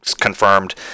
confirmed